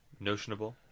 notionable